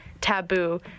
Taboo